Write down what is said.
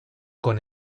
con